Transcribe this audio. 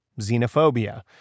xenophobia